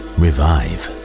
revive